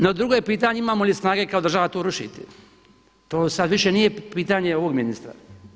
No drugo je pitanje imamo li snage kao država to rušiti, to sad više nije pitanje ovog ministra.